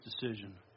decision